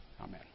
amen